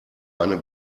eine